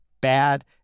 bad